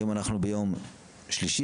היום אנחנו ביום שלישי,